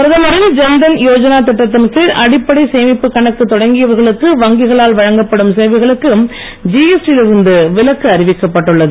பிரதமரின் ஜன்தன் யோஜனா திட்டத்தின் கீழ் அடிப்படை சேமிப்பு கணக்கு தொடக்கியவர்களுக்கு வங்கிகளால் வழங்கப்படும் சேவைகளுக்கு ஜிஎஸ்டி யில் இருந்து விலக்கு அறிவிக்கப்பட்டுள்ளது